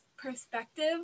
perspective